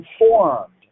informed